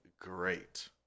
great